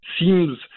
seems